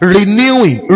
Renewing